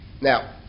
now